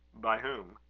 by whom?